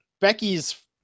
Becky's